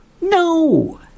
no